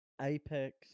Apex